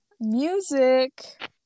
Music